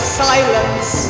silence